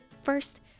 First